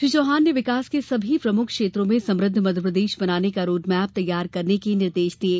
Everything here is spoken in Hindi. श्री चौहान ने विकास के सभी प्रमुख क्षेत्रों में समुद्ध मध्यप्रदेश बनाने का रोडमैप तैयार करने के निर्देश दिये